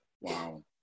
Wow